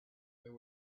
there